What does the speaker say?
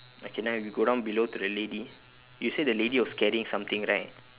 okay now we go down below to the lady you say the lady was carrying something right